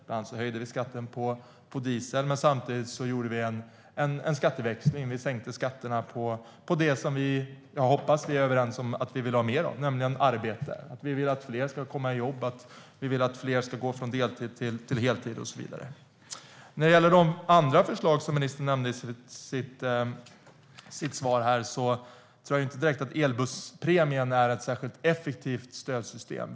Bland annat höjde vi skatten på diesel. Samtidigt gjorde vi en skatteväxling och sänkte skatterna på det som jag hoppas att vi vill ha mer, nämligen arbete. Vi vill att fler ska komma i jobb, att fler ska gå från deltid till heltid och så vidare. Av de andra förslag som ministern nämnde i sitt svar är knappast elbusspremien ett särskilt effektivt stödsystem.